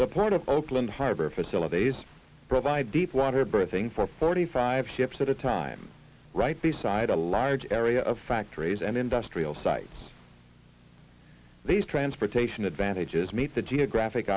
the part of oakland harbor facilities provide deep water birthing for thirty five ships at a time right beside a large area of factories and industrial sites these transportation advantages meet the geographic